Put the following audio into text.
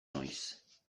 noiz